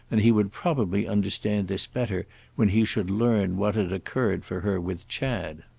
and he would probably understand this better when he should learn what had occurred for her with chad.